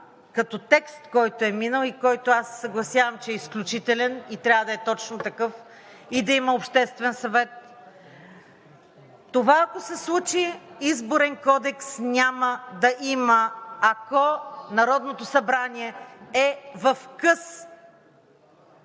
като текст, който е минал и с който аз се съгласявам, че е изключителен – и трябва да е точно такъв, и да има Обществен съвет. Това, ако се случи, Изборен кодекс няма да има, ако Народното събрание е в къс